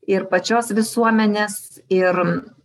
ir pačios visuomenės ir